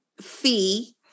fee